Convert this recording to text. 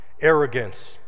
arrogance